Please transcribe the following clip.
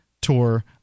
tour